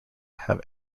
have